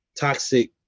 toxic